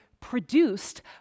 produced